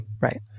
Right